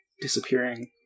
disappearing